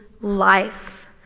life